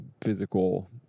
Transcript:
physical